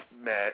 met